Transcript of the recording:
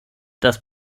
das